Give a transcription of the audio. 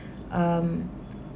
um